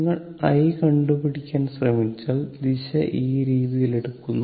നിങ്ങൾ i കണ്ടുപിടിക്കാൻ ശ്രമിച്ചാൽ ദിശ ഈ രീതിയിൽ എടുക്കുന്നു